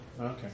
Okay